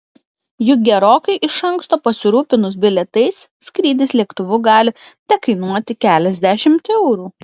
juk gerokai iš anksto pasirūpinus bilietais skrydis lėktuvu gali tekainuoti keliasdešimt eurų